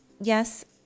yes